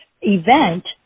event